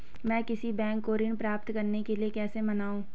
मैं किसी बैंक को ऋण प्राप्त करने के लिए कैसे मनाऊं?